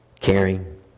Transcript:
caring